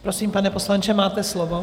Prosím, pane poslanče, máte slovo.